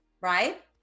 right